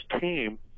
team